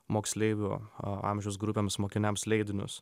moksleivių amžiaus grupėms mokiniams leidinius